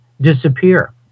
disappear